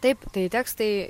taip tai tekstai